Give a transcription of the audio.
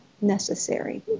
necessary